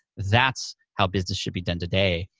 that's how business should be done today,